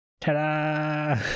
ta-da